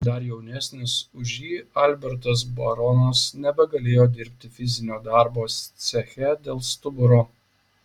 dar jaunesnis už jį albertas baronas nebegalėjo dirbti fizinio darbo ceche dėl stuburo